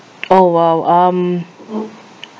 oh !wow! um